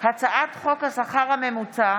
הצעת חוק השכר הממוצע